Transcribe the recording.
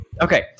Okay